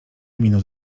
minut